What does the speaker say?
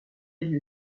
lieu